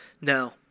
no